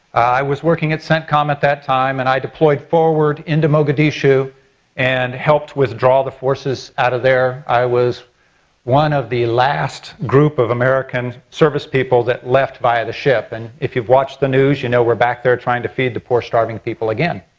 i was working at centcom at that time and i deployed forward into mogadishu and helped withdraw the forces out of there. i was one of the last group of american american service people that left by the ship and if you watch the news, you know we're back there trying to feed the poor, starving people again.